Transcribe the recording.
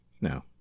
No